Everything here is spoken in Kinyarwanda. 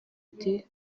iti